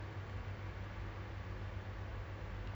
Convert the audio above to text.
to your boyf~ your technically your boyfriend's